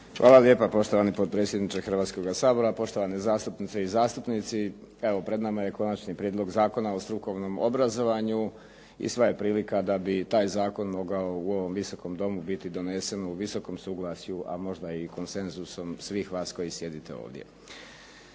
Hvala lijepa. Poštovani potpredsjedniče Hrvatskog sabora, poštovane zastupnice i zastupnici. Evo pred nama je Konačni prijedlog Zakona o strukovnom obrazovanju i sva je prilika da bi taj zakon mogao u ovom Visokom domu donesen u visokom suglasju, a možda i konsenzusom svih vas koji sjedite ovdje.